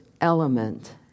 element